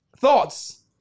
Thoughts